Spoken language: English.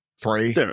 Three